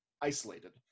isolated